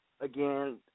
again